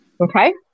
okay